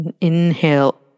inhale